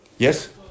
Yes